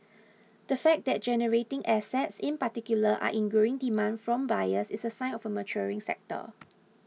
the fact that generating assets in particular are in growing demand from buyers is a sign of a maturing sector